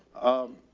um,